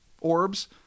orbs